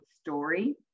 story